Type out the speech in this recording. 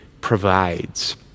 provides